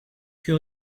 que